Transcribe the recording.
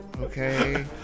Okay